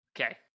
Okay